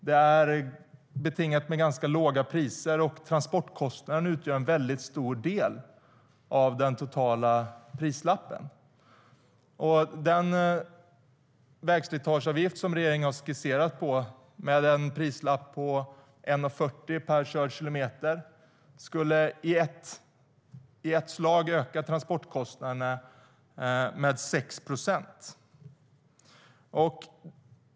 Det är betingat med ganska låga priser. Transportkostnaden utgör en väldigt stor del av den totala prislappen. Den vägslitageavgift som regeringen har skisserat på med en prislapp på 1,40 kronor per körd kilometer skulle i ett slag öka transportkostnaderna med 6 procent.